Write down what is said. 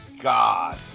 God